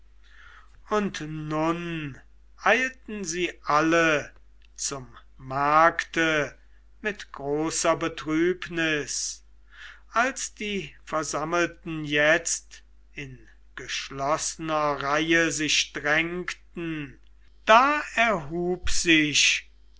und nun eilten sie alle zum markte mit großer betrübnis als die versammelten jetzt in geschlossener reihe sich drängten da erhub sich